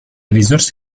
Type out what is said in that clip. risorse